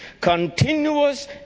Continuous